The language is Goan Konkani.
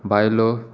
बायलो